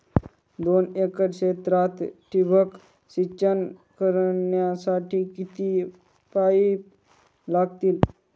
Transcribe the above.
दोन एकर क्षेत्रात ठिबक सिंचन करण्यासाठी किती पाईप लागतील?